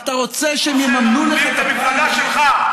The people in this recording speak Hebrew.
כמו שמממנם את המפלגה שלך,